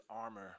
armor